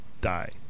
die